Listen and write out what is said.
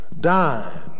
dying